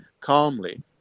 calmly